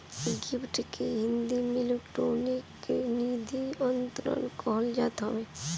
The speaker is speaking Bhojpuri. निफ्ट के हिंदी में इलेक्ट्रानिक निधि अंतरण कहल जात हवे